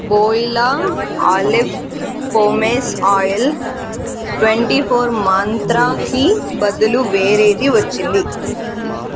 voila olive pomace oil twenty four మంత్రకి బదులు వేరేది వచ్చింది